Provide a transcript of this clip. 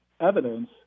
evidence